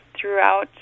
throughout